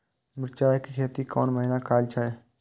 मिरचाय के खेती कोन महीना कायल जाय छै?